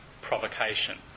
provocation